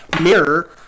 mirror